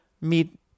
meet